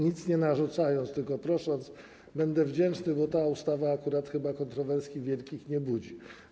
Nic nie narzucam, tylko proszę i będę wdzięczny, bo ta ustawa akurat chyba kontrowersji wielkich nie budzi.